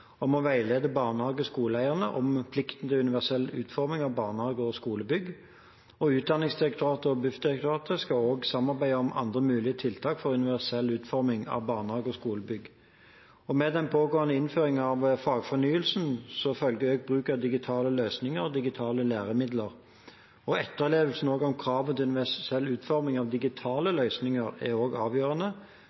om å veilede barnehage- og skoleeierne om plikten til universell utforming av barnehager og skolebygg. Utdanningsdirektoratet og Bufdir skal også samarbeide om andre mulige tiltak for universell utforming av barnehager og skolebygg. Med den pågående innføringen av fagfornyelsen følger bruk av digitale løsninger og digitale læremidler. Etterlevelsen av kravet til universell utforming av digitale løsninger er avgjørende